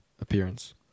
appearance